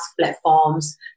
platforms